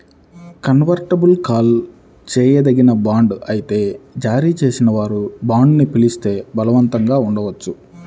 convertible call చేయదగిన bond అయితే జారీ చేసేవారు బాండ్ని పిలిస్తే బలవంతంగా ఉండవచ్చు